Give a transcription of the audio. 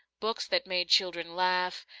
books that made children laugh,